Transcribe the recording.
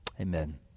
Amen